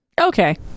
Okay